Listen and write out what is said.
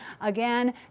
Again